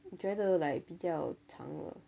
我觉得 like 比较长了